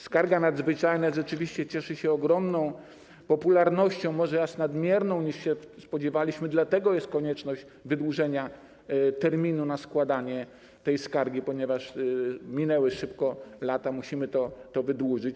Skarga nadzwyczajna rzeczywiście cieszy się ogromną popularnością, może aż nadmierną, większą, niż się spodziewaliśmy, dlatego jest konieczność wydłużenia terminu na składanie tej skargi, ponieważ szybko minęły lata, musimy to wydłużyć.